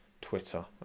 Twitter